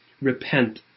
Repent